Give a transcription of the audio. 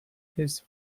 his